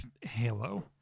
Halo